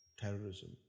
terrorism